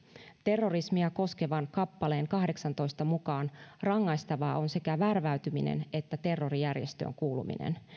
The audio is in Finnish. terrorismia koskevan kappaleen kahdeksaantoista mukaan rangaistavaa on sekä värväytyminen että terrorijärjestöön kuuluminen